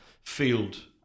field